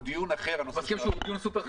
הוא דיון סופר חשוב.